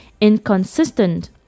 inconsistent